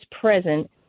present